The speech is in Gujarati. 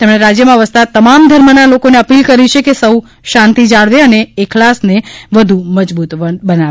તેમણે રાજ્યમાં વસતા તમામ ધર્મના લોકોને અપીલ કરી છે કે સૌ શાંતિ જાળવે અને એખલાસને વધુ મજબૂત બનાવે